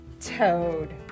toad